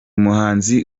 muhanzi